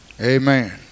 Amen